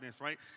right